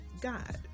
God